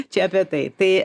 čia apie tai tai